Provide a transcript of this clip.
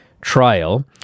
trial